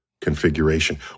configuration